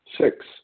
Six